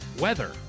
weather